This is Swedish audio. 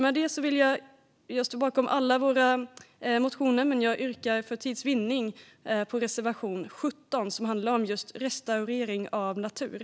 Jag står självfallet bakom alla våra motioner, men för tids vinning yrkar jag bifall bara till reservation 17, som handlar om just restaurering av natur.